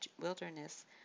wilderness